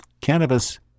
cannabis